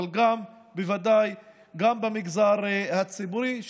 אבל בוודאי גם במגזר הציבורי,